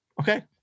Okay